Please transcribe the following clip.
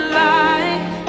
life